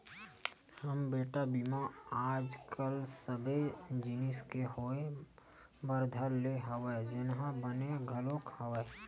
हव बेटा बीमा आज कल सबे जिनिस के होय बर धर ले हवय जेनहा बने घलोक हवय